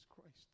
Christ